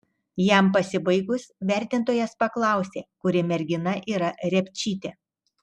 jam pasibaigus vertintojas paklausė kuri mergina yra repčytė